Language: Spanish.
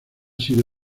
sido